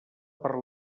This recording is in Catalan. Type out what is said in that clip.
per